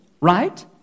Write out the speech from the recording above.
right